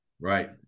Right